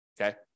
Okay